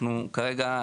כרגע,